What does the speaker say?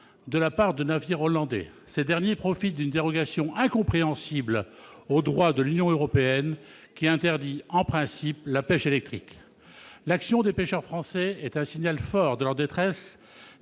de la part de navires hollandais. Ces derniers profitent d'une dérogation incompréhensible au droit de l'Union européenne, qui interdit en principe la pêche électrique. L'action des pêcheurs français est un signal fort de leur détresse